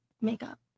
Makeup